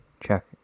Check